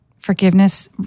forgiveness